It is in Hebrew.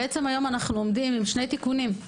היום אנו עם שני תיקונים: